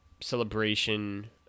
celebration